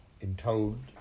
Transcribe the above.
intoned